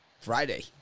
Friday